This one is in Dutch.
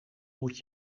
moet